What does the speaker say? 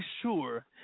sure